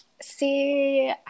See